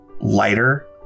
lighter